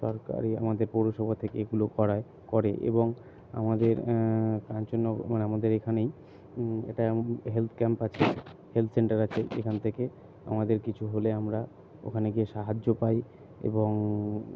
সরকারই আমাদের পৌরসভা থেকে এগুলো করায় করে এবং আমাদের কাঞ্চননগর মানে আমাদের এখানেই একটা হেলথ ক্যাম্প আছে হেলথ সেন্টার আছে এখান থেকে আমাদের কিছু হলে আমরা ওখানে গিয়ে সাহায্য পাই এবং